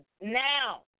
now